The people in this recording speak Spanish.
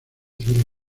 civil